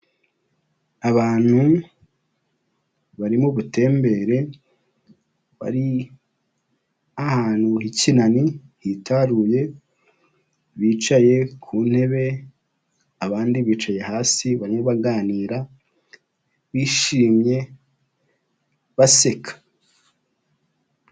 Abantu bari mu butembere, bari ahantu h'ikinani, hitaruye, bicaye ku ntebe, abandi bicaye hasi, bamwe baganira, bishimye, baseka.